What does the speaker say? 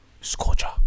Scorcher